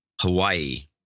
Hawaii